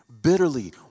Bitterly